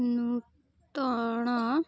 ନୂତନ